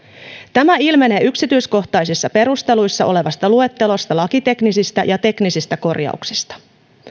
tämä ilmenee yksityiskohtaisissa perusteluissa olevasta luettelosta lakiteknisistä ja teknisistä korjauksista